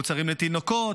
מוצרים לתינוקות,